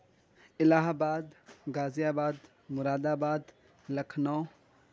الہ آباد Ghaziabad Moradabad Lucknow